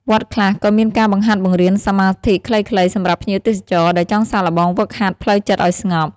វត្តខ្លះក៏មានការបង្ហាត់បង្រៀនសមាធិខ្លីៗសម្រាប់ភ្ញៀវទេសចរ ដែលចង់សាកល្បងហ្វឹកហាត់ផ្លូវចិត្តឱ្យស្ងប់។